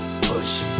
push